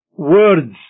words